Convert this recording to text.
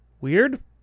Weird